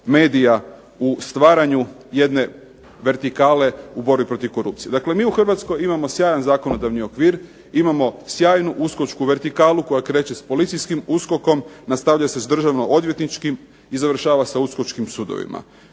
u stvaranju jedne vertikale u borbi protiv korupcije. Dakle, mi u Hrvatskoj imamo sjajan zakonodavni okvir, imamo sjajnu USKOK-čku vertikalu koja kreće s policijskim USKOK-om, nastavlja se s državno odvjetničkim i završava sa USKOK-čkim sudovima.